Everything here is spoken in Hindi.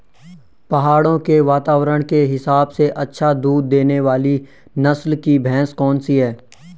पहाड़ों के वातावरण के हिसाब से अच्छा दूध देने वाली नस्ल की भैंस कौन सी हैं?